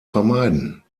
vermeiden